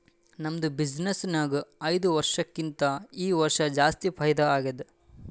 ನಮ್ದು ಬಿಸಿನ್ನೆಸ್ ನಾಗ್ ಐಯ್ದ ವರ್ಷಕ್ಕಿಂತಾ ಈ ವರ್ಷ ಜಾಸ್ತಿ ಫೈದಾ ಆಗ್ಯಾದ್